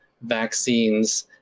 vaccines